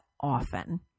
often